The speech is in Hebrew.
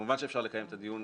כמובן שאפשר לקיים את הדיון